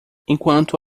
enquanto